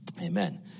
Amen